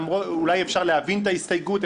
אולי אפשר להבין את ההסתייגות,